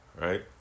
right